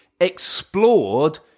explored